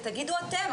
ותגידו אתם,